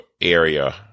area